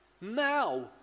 Now